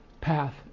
path